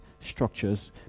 structures